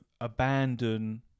abandon